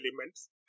elements